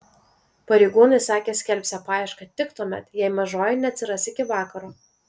pareigūnai sakė skelbsią paiešką tik tuomet jei mažoji neatsiras iki vakaro